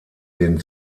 den